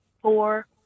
four